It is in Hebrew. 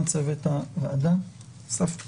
מכובד וראוי מאוד,